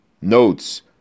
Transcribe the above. Notes